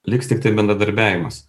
liks tiktai bendradarbiavimas